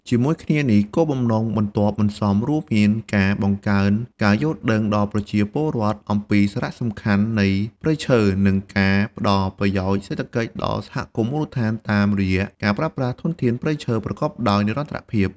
ជាមួយគ្នានេះ គោលបំណងបន្ទាប់បន្សំរួមមានការ បង្កើនការយល់ដឹង ដល់ប្រជាពលរដ្ឋអំពីសារៈសំខាន់នៃព្រៃឈើ និងការ ផ្ដល់ប្រយោជន៍សេដ្ឋកិច្ច ដល់សហគមន៍មូលដ្ឋានតាមរយៈការប្រើប្រាស់ធនធានព្រៃឈើប្រកបដោយនិរន្តរភាព។